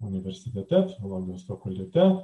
universitete filologijos fakultete